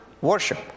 worship